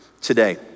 today